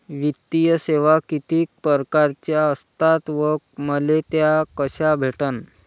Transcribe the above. वित्तीय सेवा कितीक परकारच्या असतात व मले त्या कशा भेटन?